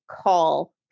call